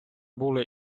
були